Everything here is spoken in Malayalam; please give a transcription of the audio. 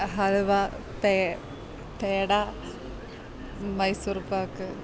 ഹൽവാ പേട മൈസൂർ പാക്ക്